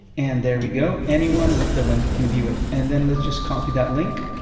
and there we go, anyone with the link can view it, and then let's just copy that link.